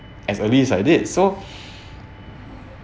as at least I did so